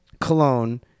cologne